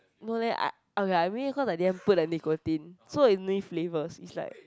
no leh I okay lah maybe I didn't put the nicotine so only flavours it's like